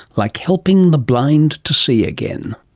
like helping the blind to see again.